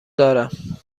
دارم